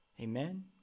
Amen